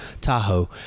Tahoe